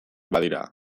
badira